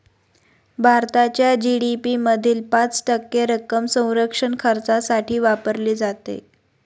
भारताच्या जी.डी.पी मधील पाच टक्के रक्कम संरक्षण खर्चासाठी वापरली जाते